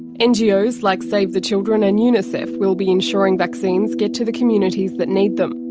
ngos like save the children and unicef will be ensuring vaccines get to the communities that need them.